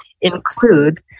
include